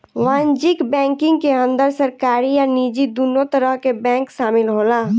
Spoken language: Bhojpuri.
वाणिज्यक बैंकिंग के अंदर सरकारी आ निजी दुनो तरह के बैंक शामिल होला